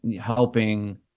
helping